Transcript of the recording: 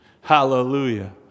hallelujah